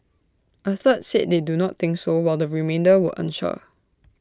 A third said they do not think so while the remainder were unsure